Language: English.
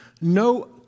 no